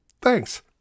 Thanks